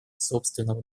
собственного